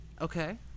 Okay